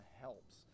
helps